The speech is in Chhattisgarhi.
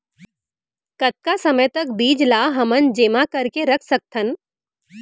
कतका समय तक बीज ला हमन जेमा करके रख सकथन?